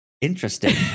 interesting